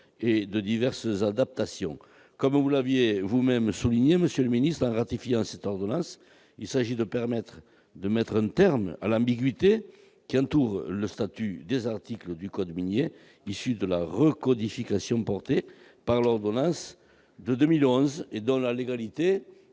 à diverses adaptations. Comme vous l'avez vous-même souligné, en ratifiant cette ordonnance, il s'agit de permettre de mettre un terme à l'ambiguïté entourant le statut des articles du code minier issus de la recodification portée par l'ordonnance de 2011 et dont la légalité